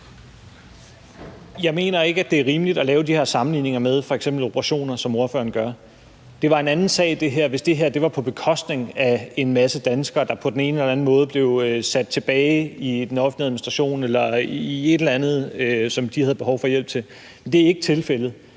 Jeg mener ikke, at det er rimeligt at lave de her sammenligninger med f.eks. operationer, som ordføreren gør. Det ville være en anden sag, hvis det her skete på bekostning af en masse danskere, der på den ene eller den anden måde blev sat tilbage i den offentlige administration eller i et eller andet, som de havde behov for hjælp til, men det er ikke tilfældet.